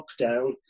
lockdown